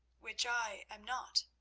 which i am not,